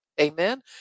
Amen